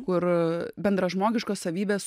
kur bendražmogiškos savybės